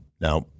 Now